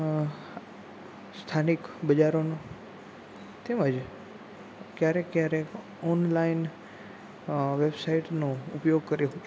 સ્થાનિક બજારોનું તેમજ ક્યારેક ક્યારેક ઓનલાઇન વેબસાઇટનો ઉપયોગ કર્યો